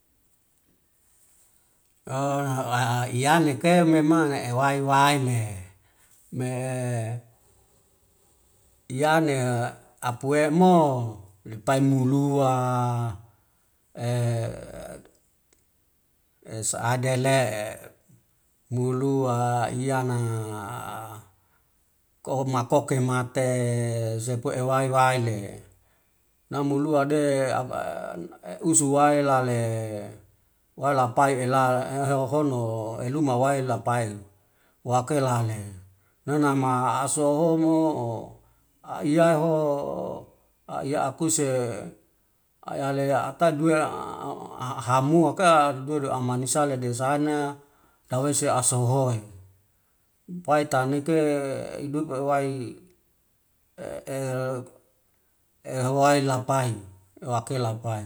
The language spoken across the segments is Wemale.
iyaneke mema ne ewai waene me iyane apuemo lepai mulua sa'adele'e mulua iyana komakoke mate sepu ewi waile namulude eusu wai lale walapai ela hehono eluma wailapai wakela le nai nama asohomo'o aiyaiho aiyaakuse aiale atai duwe hamuake dudu amanisale desana dawese asohoe. upai taneke idupe ewai ehewai lapai ewake lapai,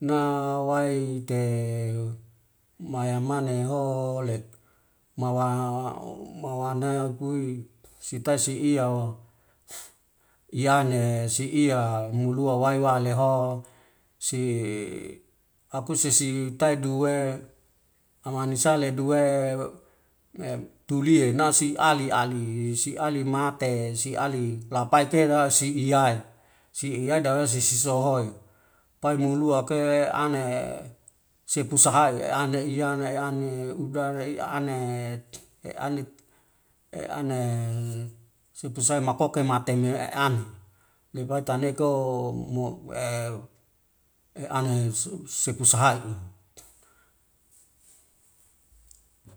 na waite may amaneho let mawa napui sitai si'iya iyane siiya mulua waiwaleho si akuse si tai duwe, amanisale duwe metuli nasi aliali si ali mate siali lapai tena si iyaey, si eyaiy dawe sisi sahoi pai mulua ke ane sepusa hae ali iya iyane ane uda eiane sepusai makoke mate me eane, lepai teneko eane sepusahai.